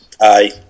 aye